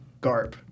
Garp